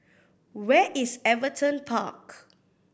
where is Everton Park